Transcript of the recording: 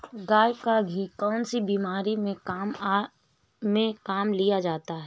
गाय का घी कौनसी बीमारी में काम में लिया जाता है?